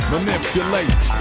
Manipulates